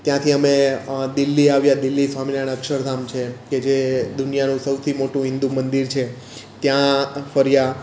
ત્યાંથી અમે દિલ્લી આવ્યા દિલ્લી સ્વામિનારાયણ અક્ષરધામ છે કે જે દુનિયાનું સૌથી મોટું હિન્દુ મંદિર છે ત્યાં ફર્યા